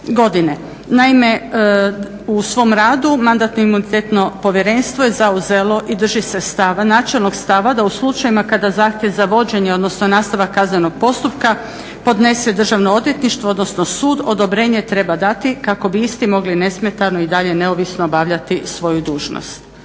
Naime, u svom radu Mandatno-imunitetno povjerenstvo je zauzelo i drži se načelnog stava da u slučajevima kada zahtjev za vođenje, odnosno nastavak kaznenog postupka podnese Državno odvjetništvo odnosno sud, odobrenje treba dati kako bi isti mogli nesmetano i dalje neovisno obavljati svoju dužnost.